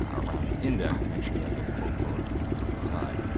ah around the index to make sure that i get on the inside.